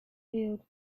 field